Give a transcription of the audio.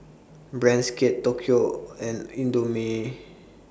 Brand's Kate Tokyo and Indomie